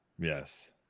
Yes